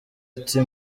ati